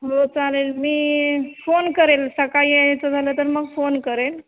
हो चालेल मी फोन करेल सकाळी यायचं झालं तर मग फोन करेल